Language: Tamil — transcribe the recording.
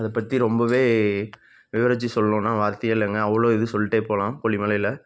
அதைப் பற்றி ரொம்பவே விவரித்து சொல்லணுன்னா வார்த்தையே இல்லைங்க அவ்வளோ இது சொல்லிட்டே போகலாம் கொல்லி மலையில்